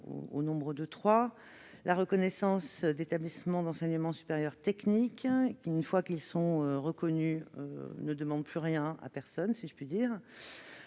en vigueur : la reconnaissance d'établissements d'enseignement supérieur technique, lesquels, une fois qu'ils sont reconnus, ne demandent plus rien à personne, si je puis dire,